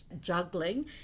juggling